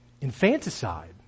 Infanticide